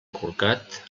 corcat